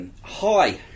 Hi